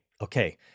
Okay